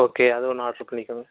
okay அது ஒன்று order பண்ணிக்கோங்க